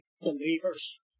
believers